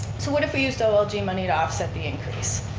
so what if we used olg money to offset the increase?